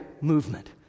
movement